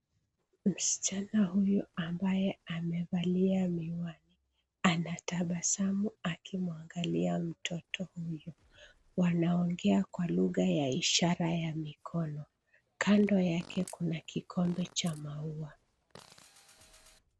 Msichana huyu ambaye amevalia miwani anatabasamu akimwangalia mtoto huyo. Wanaongea kwa lugha ya ishara ya mikono. Kando yake kuna kikombe cha maua.